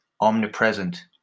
omnipresent